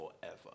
forever